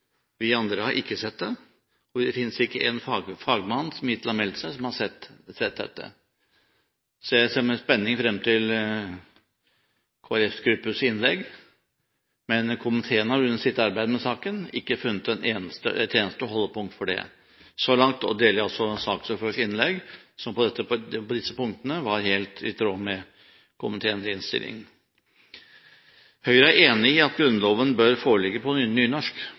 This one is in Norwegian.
Vi andre har ikke sett det, og det finnes ikke en fagmann som hittil har meldt seg, som har sett dette. Så jeg ser med spenning frem til Kristelig Folkepartis gruppes innlegg. Men komiteen har under sitt arbeid med saken ikke funnet et eneste holdepunkt for det. Så langt deler jeg altså saksordførerens innlegg, som på disse punktene var helt i tråd med komiteens innstilling. Høyre er enig i at Grunnloven bør foreligge på nynorsk,